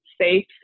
safe